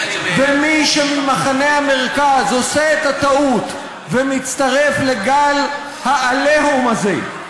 ומי ממחנה המרכז שעושה את הטעות ומצטרף לגל ה"עליהום" הזה,